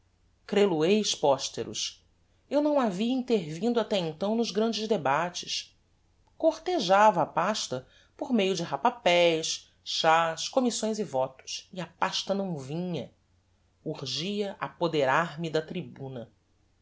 crel o eis posteros eu não havia intervindo até então nos grandes debates cortejava a pasta por meio de rapapés chás commissões e votos e a pasta não vinha urgia apoderar me da tribuna